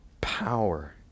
power